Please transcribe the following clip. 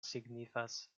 signifas